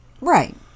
Right